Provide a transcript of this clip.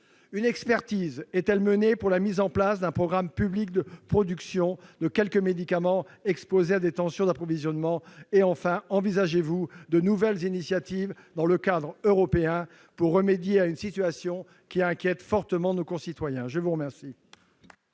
Une expertise est-elle menée pour la mise en place d'un programme public de production de quelques médicaments exposés à des tensions d'approvisionnement ? Enfin, envisagez-vous de nouvelles initiatives, dans le cadre européen, pour remédier à une situation qui inquiète fortement nos concitoyens ? La parole